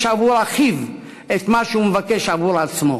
עבור אחיו את מה שהוא מבקש עבור עצמו".